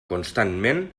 constantment